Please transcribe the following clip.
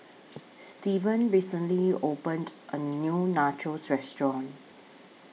Steven recently opened A New Nachos Restaurant